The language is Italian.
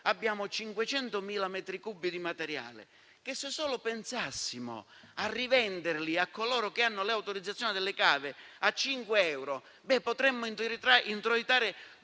abbiamo 500.000 metri quadri di materiale che, se so solo pensassimo a rivenderlo a coloro che hanno le autorizzazioni delle cave a 5 euro per metro